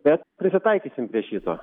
bet prisitaikysim prie šito